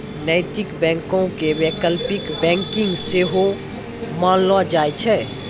नैतिक बैंको के वैकल्पिक बैंकिंग सेहो मानलो जाय छै